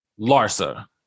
Larsa